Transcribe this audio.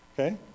Okay